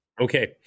Okay